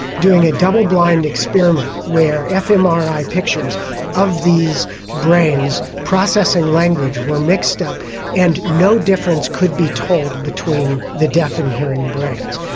doing a double-blind experiment where fmri pictures of these brains processing language were mixed up and no difference could be told between the deaf and hearing brains.